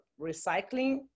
recycling